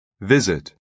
visit